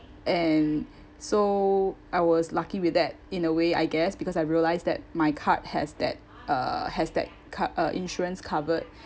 and so I was lucky with that in a way I guess because I realised that my card has that uh has that c~ uh insurance covered